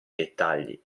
dettagli